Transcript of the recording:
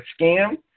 scam